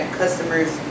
customers